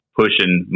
pushing